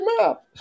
map